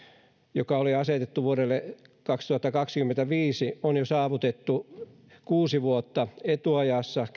joka oli asetettu vuodelle kaksituhattakaksikymmentäviisi on jo saavutettu käytännössä kuusi vuotta etuajassa